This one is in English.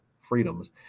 freedoms